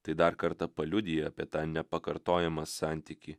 tai dar kartą paliudija apie tą nepakartojamą santykį